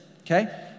Okay